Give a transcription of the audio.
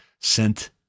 sent